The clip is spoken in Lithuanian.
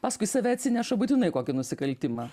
paskui save atsineša būtinai kokį nusikaltimą